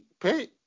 pay